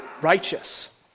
righteous